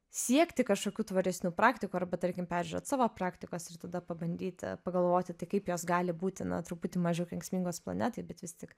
siekti kažkokių tvaresnių praktikų arba tarkim peržiūrėt savo praktikas ir tada pabandyti pagalvoti tai kaip jos gali būti na truputį mažiau kenksmingos planetai bet vis tik